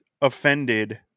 offended